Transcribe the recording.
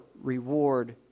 reward